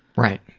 right.